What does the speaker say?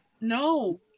No